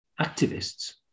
activists